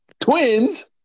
twins